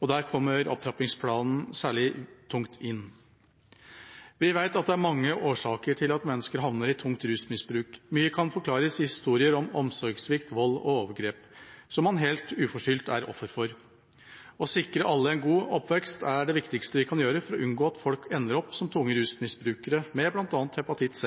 og der kommer opptrappingsplanen særlig tungt inn. Vi vet at det er mange årsaker til at mennesker havner i tungt rusmisbruk. Mye kan forklares i historier om omsorgssvikt, vold og overgrep som man helt uforskyldt er offer for. Å sikre alle en god oppvekst er det viktigste vi kan gjøre for å unngå at folk ender opp som tunge rusmisbrukere med bl.a. hepatitt